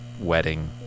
wedding